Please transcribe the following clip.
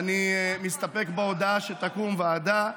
ואני מסתפק בהודעה שתקום ועדה,